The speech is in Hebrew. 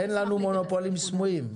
אין לנו מונופולים סמויים,